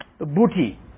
booty